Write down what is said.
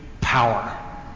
power